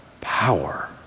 power